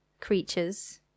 creatures